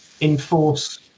enforce